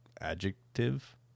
adjective